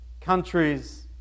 Countries